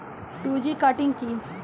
Two G cutting কি?